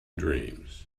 dreams